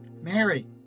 Mary